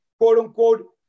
quote-unquote